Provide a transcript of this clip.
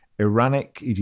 Iranic